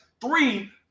Three